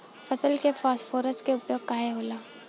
फसल में फास्फोरस के उपयोग काहे होला?